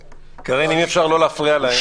קארין, אם אפשר לא להפריע להם...